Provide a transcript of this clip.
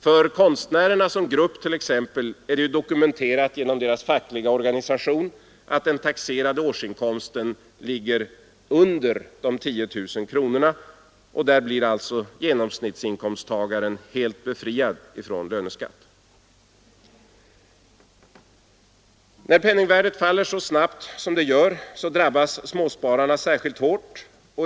För konstnärerna som grupp t.ex. är det dokumenterat genom deras fackliga organisation att den taxerade årsinkomsten ligger under 10 000 kronor. Kvar blir alltså genomsnittsinkomsttagaren helt befriad från löneskatt. När penningvärdet faller så snabbt som det gör drabbas småspararna särskilt hårt.